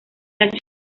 las